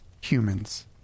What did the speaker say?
humans